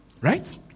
Right